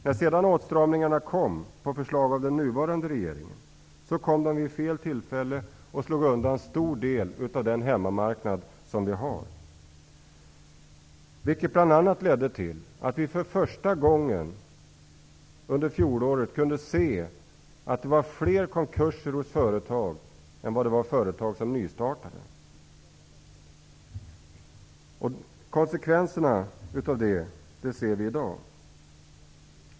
När sedan åtstramningarna kom, på förslag av den nuvarande regeringen, kom de vid fel tillfälle och slog undan en stor del av vår hemmamarknad, vilket bl.a. ledde till att vi under fjolåret för första gången kunde se fler konkurser hos företag än nystartade företag. Konsekvenserna ser vi i dag.